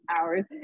hours